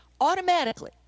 automatically